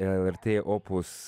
lrt opus